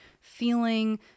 Feeling